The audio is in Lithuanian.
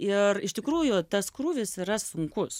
ir iš tikrųjų tas krūvis yra sunkus